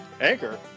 Anchor